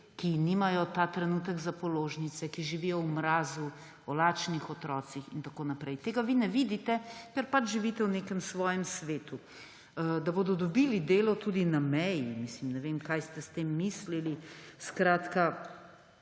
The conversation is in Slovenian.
ki nimajo ta trenutek za položnice, ki živijo v mrazu, o lačnih otrocih in tako naprej. Tega vi ne vidite, ker živite v nekem svojem svetu. Da bodo dobili delo tudi na meji – ne vem, kaj ste s tem mislili. Skratka,